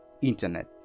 internet